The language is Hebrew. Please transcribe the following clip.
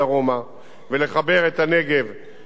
למרכז המדינה, כמו שאנחנו עושים בצפון